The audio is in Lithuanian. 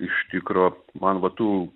iš tikro man va tų